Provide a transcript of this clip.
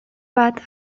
bat